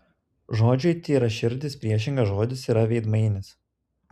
žodžiui tyraširdis priešingas žodis yra veidmainis